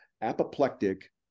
apoplectic